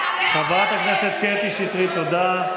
חברת הכנסת קטי שטרית, תודה.